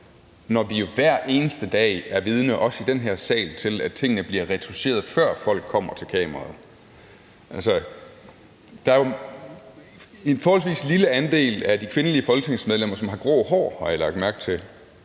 når vi jo hver eneste dag, også i den her sal, er vidner til, at tingene bliver retoucheret, før folk kommer til kameraet. Altså, der er jo en forholdsvis lille andel af de kvindelige folketingsmedlemmer, som har grå hår, har jeg lagt mærke til,